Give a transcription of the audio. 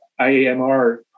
IAMR